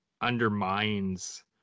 undermines